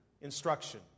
instruction